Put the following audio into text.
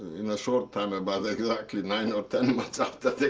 in a short time. about exactly nine or ten months after they